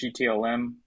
GTLM